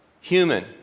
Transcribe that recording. human